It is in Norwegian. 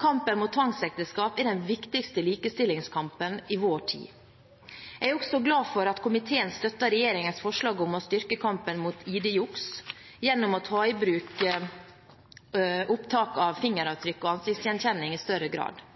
Kampen mot tvangsekteskap er den viktigste likestillingskampen i vår tid. Jeg er også glad for at komiteen støtter regjeringens forslag om å styrke kampen mot ID-juks gjennom å ta i bruk opptak av